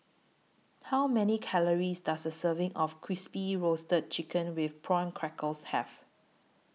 How Many Calories Does A Serving of Crispy Roasted Chicken with Prawn Crackers Have